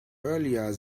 earlier